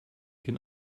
can